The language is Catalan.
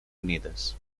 unides